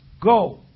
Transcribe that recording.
go